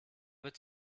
wird